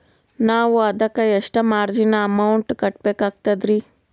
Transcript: ನಾವು ಅದಕ್ಕ ಎಷ್ಟ ಮಾರ್ಜಿನ ಅಮೌಂಟ್ ಕಟ್ಟಬಕಾಗ್ತದ್ರಿ?